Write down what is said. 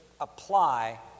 apply